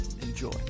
Enjoy